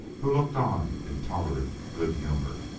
who looked on in tolerant good humor.